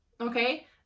okay